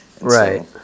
Right